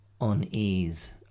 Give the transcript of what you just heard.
unease